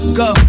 go